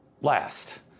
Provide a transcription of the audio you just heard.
last